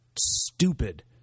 stupid